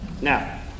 Now